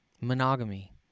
monogamy